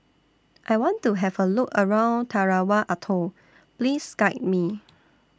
I want to Have A Look around Tarawa Atoll Please Guide Me